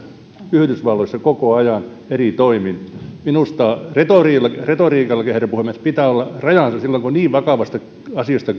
yhdysvalloissa koko ajan eri toimin minusta retoriikallakin retoriikallakin herra puhemies pitää olla rajansa silloin kun on niin vakavasta asiasta